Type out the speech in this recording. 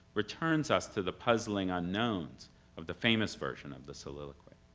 returns us to the puzzling unknowns of the famous version of the soliloquy.